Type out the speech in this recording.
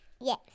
Yes